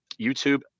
YouTube